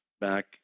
back